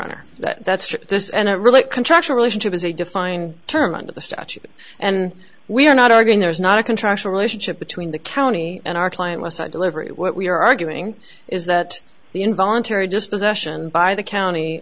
honor that's this and it really contractual relationship is a defined term under the statute and we are not arguing there is not a contractual relationship between the county and our client was that delivery what we are arguing is that the involuntary dispossession by the county